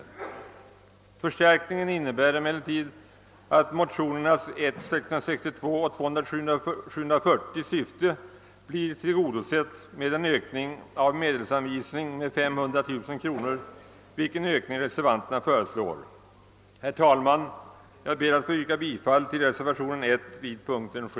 Denna förstärkning innebär emellertid att syftet med motionerna I:662 och II:740 kan tillgodoses genom en ökning av imedelsanvisningen med allenast 500 000 kronor, vilken ökning reservanterna föreslår. Herr talman! Jag ber att få yrka bifall till reservationen nr 1 vid punkten 7.